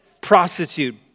prostitute